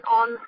on